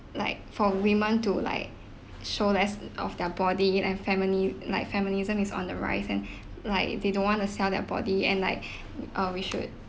like for women to like show less of their body and feminine like feminism is on the rise and like they don't want to sell their body and like err we should